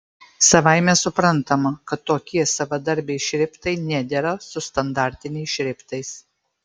savaime suprantama kad tokie savadarbiai šriftai nedera su standartiniais šriftais